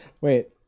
Wait